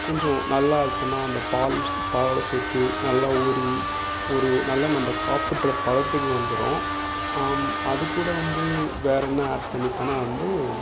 கொஞ்சம் நல்லா இது பண்ணால் அந்த பால் பாலோடு சேர்த்து நல்லா ஊறி ஒரு நல்லா நம்ம சாப்பிட்ற பதத்துக்கு வந்துடும் அது கூட வந்து வேறே என்ன ஆட் பண்ணிப்பேன்னா வந்து